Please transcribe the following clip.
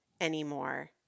anymore